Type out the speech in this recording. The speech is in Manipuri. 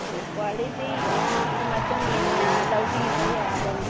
ꯀ꯭ꯋꯥꯂꯤꯇꯤꯒꯤ ꯃꯇꯨꯡ ꯏꯟꯅ ꯂꯧꯕꯤꯕ ꯌꯥꯒꯅꯤ